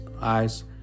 eyes